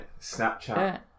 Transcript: Snapchat